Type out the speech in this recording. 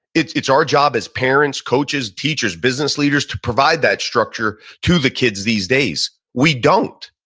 it's it's our job as parents, coaches, teachers, business leaders to provide that structure to the kids these days. we don't.